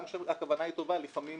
גם כשהכוונה טובה, לפעמים